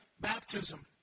baptism